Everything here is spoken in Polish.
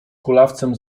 kulawcem